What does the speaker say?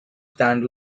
stand